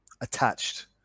attached